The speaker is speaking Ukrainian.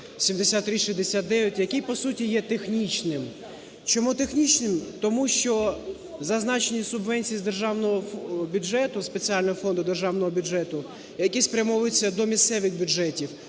7369, який по суті є технічним. Чому технічним? Тому що зазначені субвенції з державного бюджету, спеціального фонду державного бюджету, який спрямовуються до місцевих бюджетів,